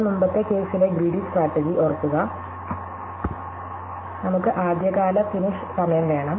അതിനാൽ മുമ്പത്തെ കേസിലെ ഗ്രീടി സ്ട്രാറ്റെജി ഓർക്കുക നമുക്ക് ആദ്യകാല ഫിനിഷ് സമയം വേണം